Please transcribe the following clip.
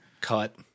cut